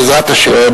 בעזרת השם.